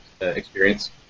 experience